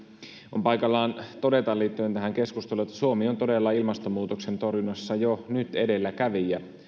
on paikallaan todeta liittyen tähän keskusteluun että suomi on todella ilmastonmuutoksen torjunnassa jo nyt edelläkävijä